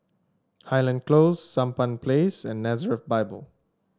Highland Close Sampan Place and Nazareth Bible